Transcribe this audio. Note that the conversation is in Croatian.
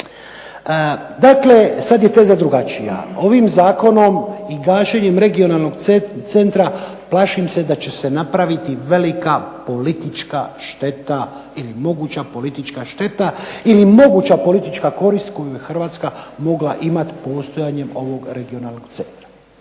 Dakle sad je teza drugačija, ovim zakonom i gašenjem Regionalnog centra plašim se da će se napraviti velika politička šteta ili moguća politička šteta ili moguća politička korist koju je Hrvatska mogla imat postojanjem ovog Regionalnog centra.